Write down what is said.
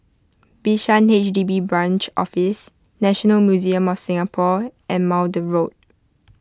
Bishan H D B Branch Office National Museum of Singapore and Maude Road